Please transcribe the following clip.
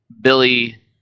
Billy